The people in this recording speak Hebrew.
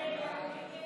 יש להם רוח הקודש.